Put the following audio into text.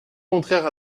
contraire